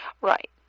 Right